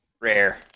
Rare